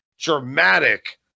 dramatic